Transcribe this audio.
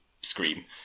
scream